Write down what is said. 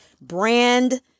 brand